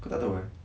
kau tak tahu eh